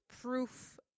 proof